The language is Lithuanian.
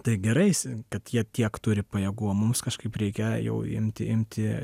tai gerais ir tad jie tiek turi pajėgų o mums kažkaip reikia jau imti imti